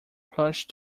plush